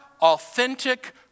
authentic